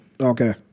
okay